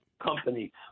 company